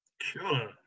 Sure